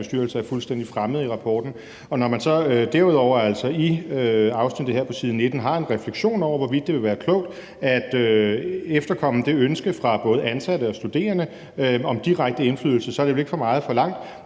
en bestyrelse er fuldstændig fremmed i rapporten. Og når man så derudover altså i afsnittet her på side 19 har en refleksion over, hvorvidt det ville være klogt at efterkomme det ønske fra både ansatte og studerende om direkte indflydelse, så er det vel ikke for meget forlangt,